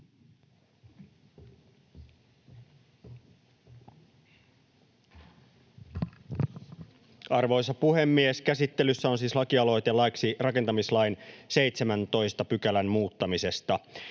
Arvoisa puhemies! Käsittelyssä on siis lakialoite laiksi rakentamislain 180 §:n muuttamisesta.